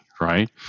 right